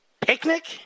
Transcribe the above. Picnic